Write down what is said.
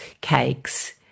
cakes